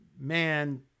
man